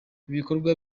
ibikorwa